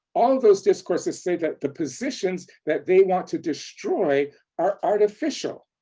all those discourses say that the positions that they want to destroy are artificial.